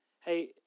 Hey